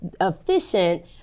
efficient